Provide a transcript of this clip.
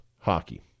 hockey